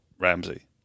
Ramsey